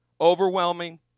overwhelming